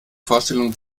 vorstellung